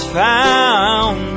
found